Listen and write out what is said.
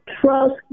trust